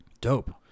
Dope